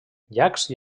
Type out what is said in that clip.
llacs